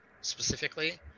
specifically